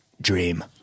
dream